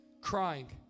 crying